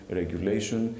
regulation